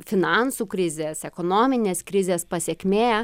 finansų krizės ekonominės krizės pasekmė